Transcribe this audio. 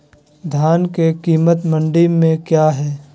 धान के कीमत मंडी में क्या है?